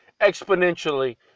exponentially